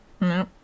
No